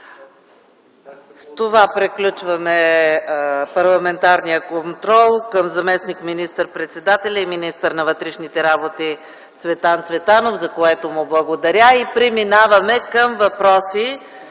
С това приключваме парламентарния контрол към заместник министър-председателя и министър на вътрешните работи Цветан Цветанов, за което му благодаря. Преминаваме към въпроси